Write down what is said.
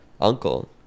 uncle